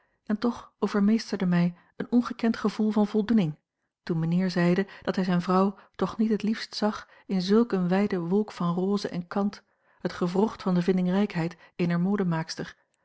en toch overmeesterde mij een ongekend gevoel van voldoening toen mijnheer zeide dat hij zijne vrouw toch niet het liefst zag in zulk een wijde wolk van rose en kant het gewrocht van de vindingrijkheid eener modemaakster